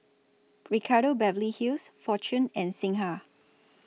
Ricardo Beverly Hills Fortune and Singha